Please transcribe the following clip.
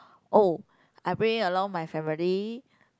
oh I bringing along my family